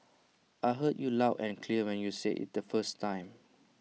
I heard you loud and clear when you said IT the first time